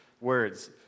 words